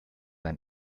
ein